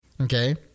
Okay